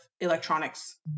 electronics